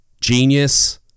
genius